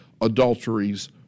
adulteries